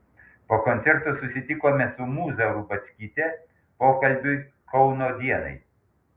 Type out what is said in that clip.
po koncerto susitikome su mūza rubackyte pokalbiui kauno dienai